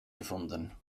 gefunden